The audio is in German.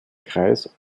kreis